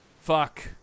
Fuck